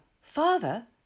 Father